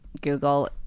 Google